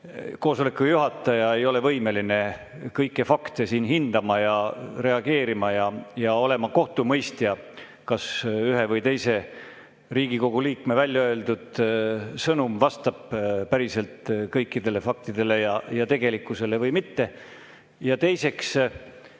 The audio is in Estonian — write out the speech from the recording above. koosoleku juhataja ei ole võimeline kõiki fakte [kohe] hindama ja reageerima ja olema kohtumõistja, kas ühe või teise Riigikogu liikme väljaöeldud sõnum vastab päriselt kõikidele faktidele ja tegelikkusele või mitte. Ja teiseks,